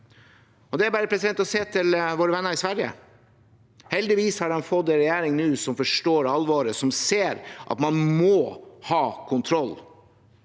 Det er bare å se til våre venner i Sverige. Heldigvis har de nå fått en regjering som forstår alvoret, som ser at man må ha kontroll,